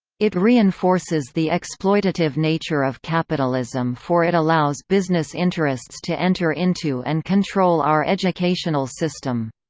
it reinforces the exploitative nature of capitalism for it allows business interests to enter into and control our educational system.